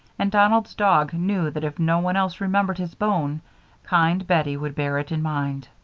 and donald's dog knew that if no one else remembered his bone kind bettie would bear it in mind.